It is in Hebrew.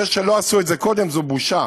זה שלא עשו את זה קודם זו בושה.